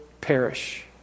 perish